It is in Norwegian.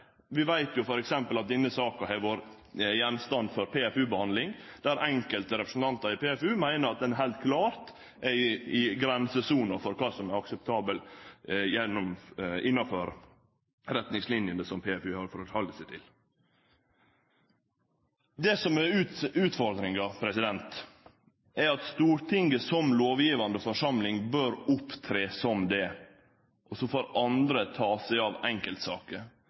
Vi veit f.eks. at denne saka har vore gjenstand for PFU-behandling, der enkelte representantar i PFU meiner at ein heilt klart er i grensesona for kva som er akseptabelt innafor retningslinene som PFU har å halde seg til. Det som er utfordringa, er at Stortinget som lovgivande forsamling bør opptre som det, og så får andre ta seg av enkeltsaker.